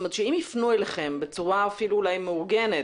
שאם יפנו אליכם בצורה אפילו אולי מאורגנת,